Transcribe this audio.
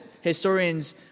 historians